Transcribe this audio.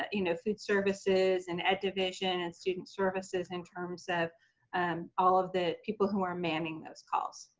ah you know food services and ed division and student services in terms of um all of the people who are manning those calls.